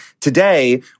today